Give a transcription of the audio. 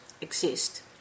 exist